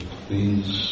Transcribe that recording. please